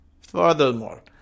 Furthermore